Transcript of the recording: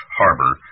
harbor